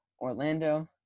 Orlando